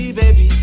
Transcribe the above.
baby